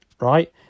Right